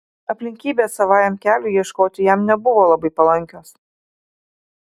aplinkybės savajam keliui ieškoti jam nebuvo labai palankios